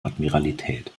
admiralität